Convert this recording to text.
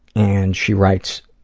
and she writes,